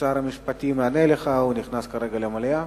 שר המשפטים יענה לך, הוא נכנס כרגע למליאה.